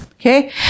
okay